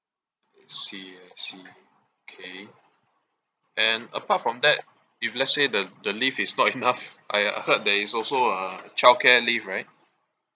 I see I see okay and apart from that if let's say the the leave is not enough I uh I heard there is also a childcare leave right